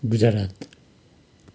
Gujarat